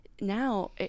Now